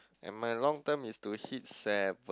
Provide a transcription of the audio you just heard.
and my long term is to hit seven